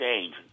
change